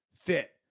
fit